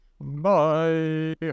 Bye